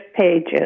pages